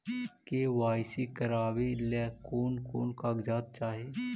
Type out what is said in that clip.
KYC करावे ले कोन कोन कागजात चाही?